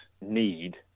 need